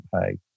pay